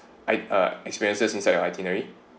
I uh experiences inside your itinerary